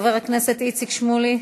חבר הכנסת איציק שמולי,